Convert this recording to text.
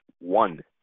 one